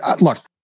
look